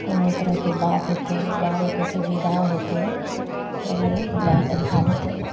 कोनो तरहके बात हेतै गाड़ीके सुविधा हेतै तऽ लोक लैके भागतै